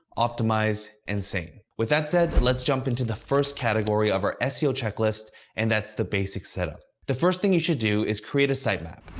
optimized, and sane. with that said, let's jump into the first category of our seo checklist and that's the basic setup. the first thing you should do is create a sitemap.